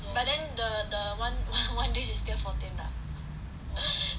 but then the the one one drink is still fourteen ah